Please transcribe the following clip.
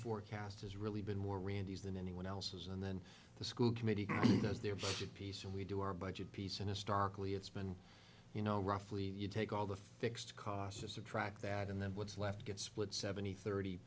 forecast has really been more randy's than anyone else has and then the school committee does their piece and we do our budget piece and historically it's been you know roughly you take all the fixed costs of track that and then what's left gets split seventy thirty